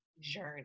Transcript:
journey